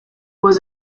was